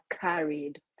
carried